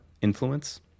influence